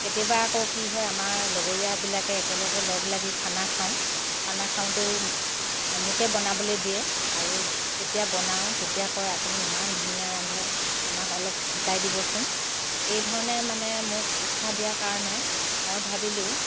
কেতিয়াবা আকৌ কি হয় আমাৰ লগৰীয়াবিলাকে একেলগে লগ লাগি খানা খাওঁ খানা খাওঁতেও মোকে বনাবলৈ দিয়ে আৰু যেতিয়া বনাওঁ তেতিয়া কয় আপুনি ইমান ধুনীয়া ৰান্ধে আমাক অলপ শিকাই দিবচোন এইধৰণে মানে মোক উৎসাহ দিয়াৰ কাৰণে মই ভাবিলোঁ